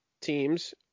teams